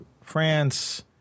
france